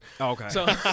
Okay